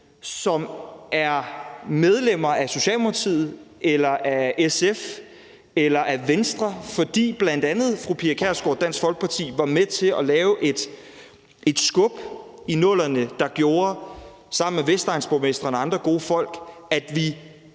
som er medlemmer af Socialdemokratiet eller af SF eller af Venstre, fordi bl.a. fru Pia Kjærsgaard og Dansk Folkeparti var med til at lave et skub i 00'erne, der gjorde, at vi sammen med vestegnsborgmestre og andre gode folk i